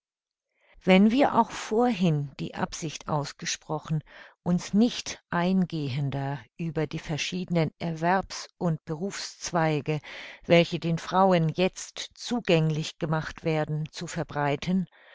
wenn wir auch vorhin die absicht ausgesprochen uns nicht eingehender über die verschiednen erwerbs und berufszweige welche den frauen jetzt zugänglich gemacht werden zu verbreiten